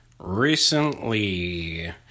Recently